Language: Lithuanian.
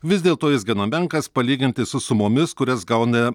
vis dėlto jis gana menkas palyginti su sumomis kurias gauna